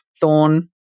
thorn